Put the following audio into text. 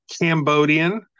cambodian